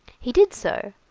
he did so,